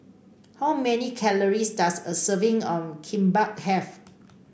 how many calories does a serving of Kimbap have